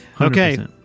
Okay